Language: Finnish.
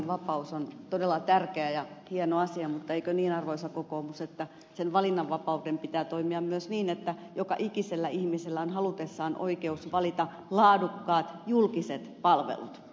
valinnanvapaus on todella tärkeä ja hieno asia mutta eikö niin arvoisa kokoomus että sen valinnanvapauden pitää toimia myös niin että joka ikisellä ihmisellä on halutessaan oikeus valita laadukkaat julkiset palvelut